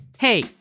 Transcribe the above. Hey